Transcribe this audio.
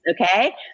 Okay